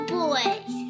Boys